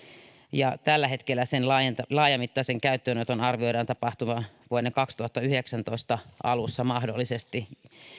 ja tällä hetkellä sen laajamittaisen käyttöönoton arvioidaan tapahtuvan vuoden kaksituhattayhdeksäntoista alussa mahdollisesti